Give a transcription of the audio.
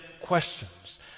questions